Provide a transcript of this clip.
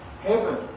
heaven